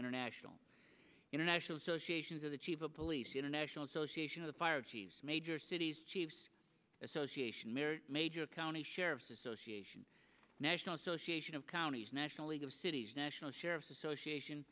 international international association to the chief of police international association of the fire of major cities chiefs association major county sheriffs association national association of counties national league of cities national sheriffs association